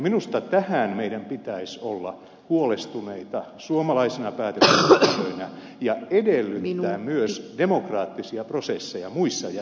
minusta tästä meidän pitäisi olla huolestuneita suomalaisina päätöksentekijöinä ja edellyttää myös demokraattisia prosesseja muissa jäsenmaissa